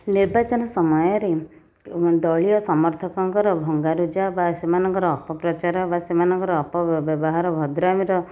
ନିର୍ବାଚନ ସମୟରେ ଦଳୀୟ ସମର୍ଥଙ୍କର ଭଙ୍ଗାରୁଜା ବା ସେମାନଙ୍କର ଅପପ୍ରଚାର ବା ସେମାନଙ୍କର ଅପବ୍ୟବହାର ଭଦ୍ରାମିର